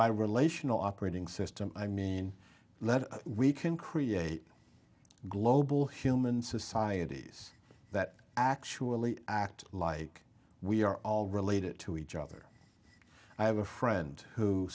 by relational operating system i mean let's we can create global human societies that actually act like we are all related to each other i have a friend who